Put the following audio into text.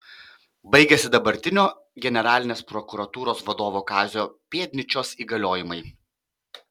baigiasi dabartinio generalinės prokuratūros vadovo kazio pėdnyčios įgaliojimai